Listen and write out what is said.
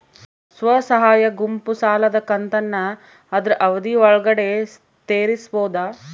ಸ್ವಸಹಾಯ ಗುಂಪು ಸಾಲದ ಕಂತನ್ನ ಆದ್ರ ಅವಧಿ ಒಳ್ಗಡೆ ತೇರಿಸಬೋದ?